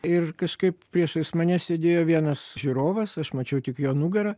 ir kažkaip priešais mane sėdėjo vienas žiūrovas aš mačiau tik jo nugarą